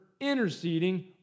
interceding